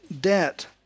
debt